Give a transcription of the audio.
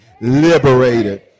Liberated